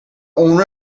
owner